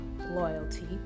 loyalty